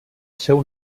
seu